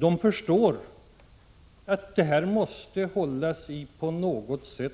Man förstår att det på något sätt måste till en styrning,